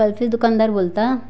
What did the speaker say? कल्फेस दुकानदार बोलता